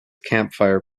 campfire